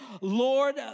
Lord